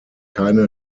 keine